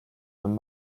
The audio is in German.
von